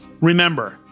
Remember